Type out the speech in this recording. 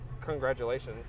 Congratulations